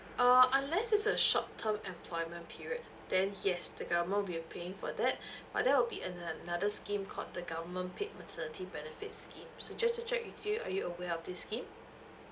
uh unless is a short term employment period then yes the government will be paying for that but that will be anon~ another scheme called the government paid maternity benefit scheme so just to check with you are you aware of this scheme